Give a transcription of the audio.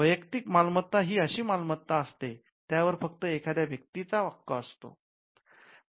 वैयक्तिक मालमत्ता ही अशी मालमत्ता असते त्यावर फक्त एखाद्या व्यक्तीचा हक्क असतो